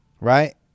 right